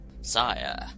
Sire